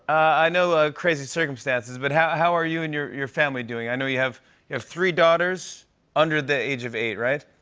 i know, ah crazy circumstances, but how how are you and your your family doing? i know you have have three daughters under the age of eight, right?